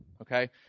Okay